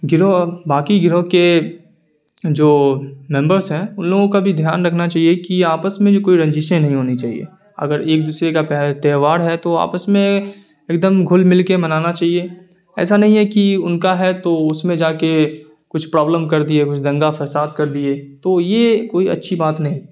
گروہ باقی گروہ کے جو ممبرس ہیں ان لوگوں کا بھی دھیان رکھنا چاہیے کہ آپس میں بھی کوئی رنجشیں نہیں ہونی چاہیے اگر ایک دوسرے کا تہوار ہے تو آپس میں ایک دم گھل مل کے منانا چاہیے ایسا نہیں ہے کہ ان کا ہے تو اس میں جا کے کچھ پرابلم کر دیے کچھ دنگا فساد کر دیے تو یہ کوئی اچھی بات نہیں